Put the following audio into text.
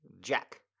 Jack